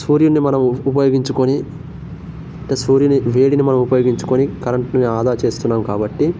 సూర్యుడిని మనము ఉపయోగించుకొని అంటే సూర్యుని వేడిని మనం ఉపయోగించుకొని కరంటుని ఆదా చేస్తున్నాం కాబట్టి